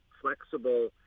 flexible